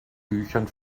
büchern